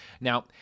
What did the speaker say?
Now